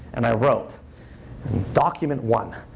and i wrote document one.